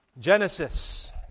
Genesis